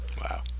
Wow